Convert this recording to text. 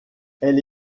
elle